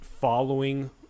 following